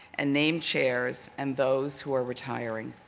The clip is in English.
and name chairs and those who are retiring.